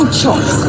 choice